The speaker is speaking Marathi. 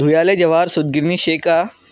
धुयाले जवाहर सूतगिरणी शे का